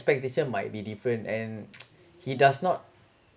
prediction might be different and he does not